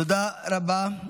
תודה רבה.